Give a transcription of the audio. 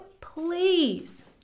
please